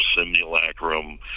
simulacrum